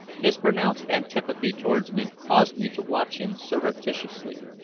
his pronounced antipathy towards me caused me to watch him surreptitiously,